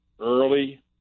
early